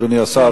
אדוני השר,